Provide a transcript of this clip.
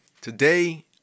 Today